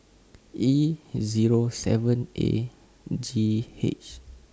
E Zero seven A G H